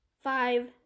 five